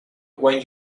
when